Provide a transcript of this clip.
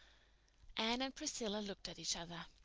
anne and priscilla looked at each other.